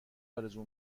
آرزو